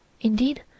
Indeed